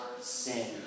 sin